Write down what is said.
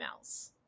emails